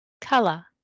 color